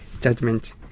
judgment